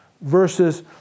versus